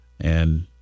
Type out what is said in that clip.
and-